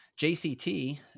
JCT